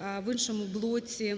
в іншому блоці